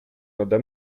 nade